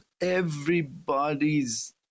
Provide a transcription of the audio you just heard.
Everybody's